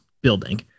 building